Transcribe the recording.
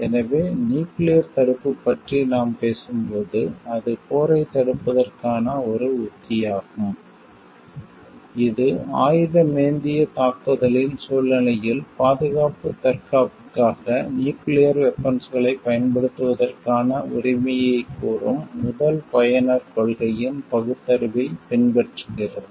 எனவே நியூக்கிளியர் தடுப்பு பற்றி நாம் பேசும்போது அது போரைத் தடுப்பதற்கான ஒரு உத்தியாகும் இது ஆயுத மேந்திய தாக்குதலின் சூழ்நிலையில் பாதுகாப்பு தற்காப்புக்காக நியூக்கிளியர் வெபன்ஸ்களைப் பயன்படுத்துவதற்கான உரிமையைக் கூறும் முதல் பயனர் கொள்கையின் பகுத்தறிவைப் பின்பற்றுகிறது